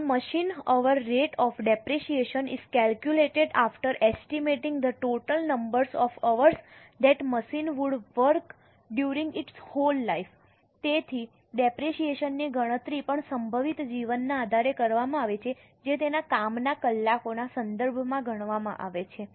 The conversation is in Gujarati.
તેથી ડેપરેશીયેશન ની ગણતરી પણ સંભવિત જીવનના આધારે કરવામાં આવે છે જે તેના કામના કલાકોના સંદર્ભમાં ગણવામાં આવે છે